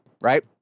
right